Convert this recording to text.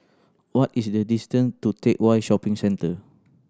what is the distance to Teck Whye Shopping Centre